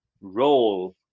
role